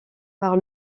par